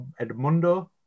Edmundo